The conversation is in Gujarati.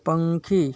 પંખી